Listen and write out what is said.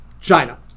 China